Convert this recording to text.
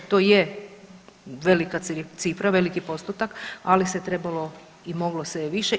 To je velika cifra, veliki postotak, ali se trebalo i moglo se je više.